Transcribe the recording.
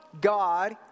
God